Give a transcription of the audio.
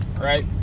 right